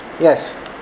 Yes